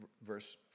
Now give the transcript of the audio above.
verse